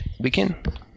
begin